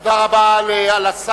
תודה רבה לשר.